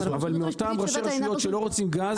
אבל מאותם ראשי רשויות שלא רוצים גז,